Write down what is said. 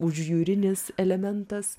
užjūrinis elementas